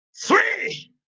three